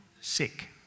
sick